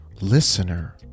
listener